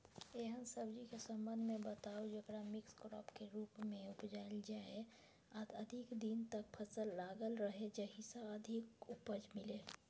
एहन सब्जी के संबंध मे बताऊ जेकरा मिक्स क्रॉप के रूप मे उपजायल जाय आ अधिक दिन तक फसल लागल रहे जाहि स अधिक उपज मिले?